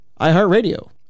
iHeartRadio